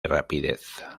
rapidez